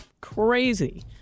crazy